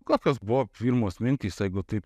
kokios buvo pirmos mintys jeigu taip